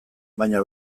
baina